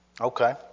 Okay